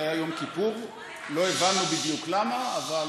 זה היה יום כיפור, לא הבנו בדיוק למה, אבל